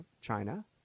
China